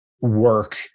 work